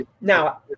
Now